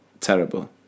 Terrible